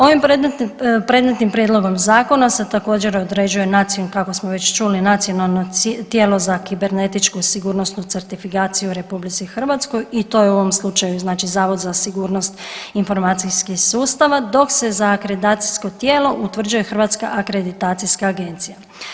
Ovim predmetnim prijedlogom zakona se također određuje način kako smo već čuli nacionalno tijelo za kibernetičku sigurnosnu certifikaciju u RH i to je u ovom slučaju znači Zavod za sigurnost informacijskih sustava dok se za akreditacijsko tijelo utvrđuje Hrvatska akreditacijska agencija.